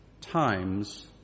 times